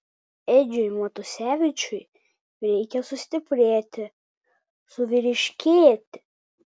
edžiui matusevičiui reikia sustiprėti suvyriškėti